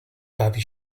bawi